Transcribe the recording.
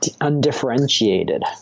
undifferentiated